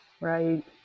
Right